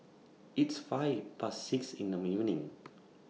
its five Past six in The evening